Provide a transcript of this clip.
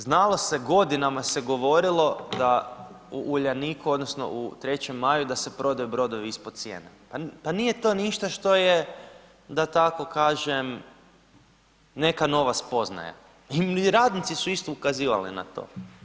Znalo se, godinama se govorilo da u Uljaniku odnosno u Trećem maju da se prodaju brodovi ispod cijene, pa nije to ništa što je da tako kažem, neka nova spoznaja i radnici su isto ukazivali na to.